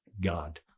God